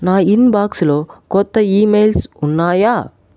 నా ఇన్బాక్స్లో కొత్త ఇమెయిల్స్ ఉన్నాయా